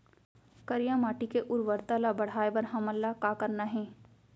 करिया माटी के उर्वरता ला बढ़ाए बर हमन ला का करना हे?